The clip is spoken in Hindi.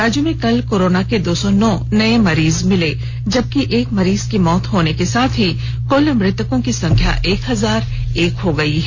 राज्य में कल कोरोना के दो सौ नौ नए मरीज मिले हैं जबकि एक मरीज की मौत होने के साथ कुल मृतकों की संख्या एक हजार एक हो गई है